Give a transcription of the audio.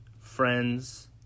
friends